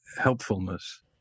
helpfulness